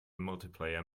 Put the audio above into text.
multiplayer